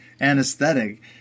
anesthetic